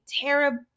terrible